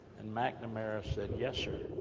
and mcnamara said, yes, sir,